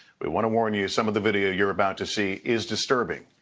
we want to warn you some of the video you are about to see is disturbing.